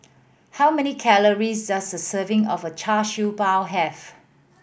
how many calories does a serving of Char Siew Bao have